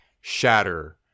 shatter